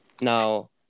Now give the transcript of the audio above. Now